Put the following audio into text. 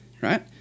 right